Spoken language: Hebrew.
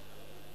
חברתיים.